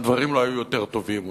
הדברים לא היו יותר טובים.